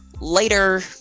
Later